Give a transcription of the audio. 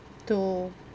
to